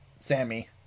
Sammy